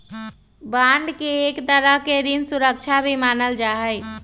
bond के एक तरह के ऋण सुरक्षा भी मानल जा हई